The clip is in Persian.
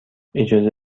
اجازه